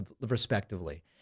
respectively